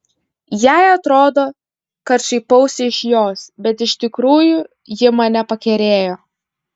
jai atrodo kad šaipausi iš jos bet iš tikrųjų ji mane pakerėjo